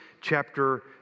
chapter